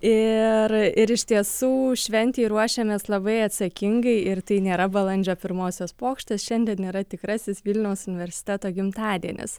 ir ir iš tiesų šventei ruošėmės labai atsakingai ir tai nėra balandžio pirmosios pokštas šiandien yra tikrasis vilniaus universiteto gimtadienis